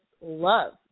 love